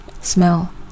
smell